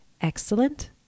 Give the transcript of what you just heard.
excellent